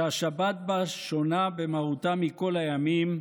שהשבת בה שונה במהותה מכל הימים,